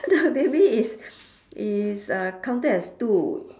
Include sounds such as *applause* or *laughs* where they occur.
*laughs* the baby is is uh counted as two